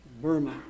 Burma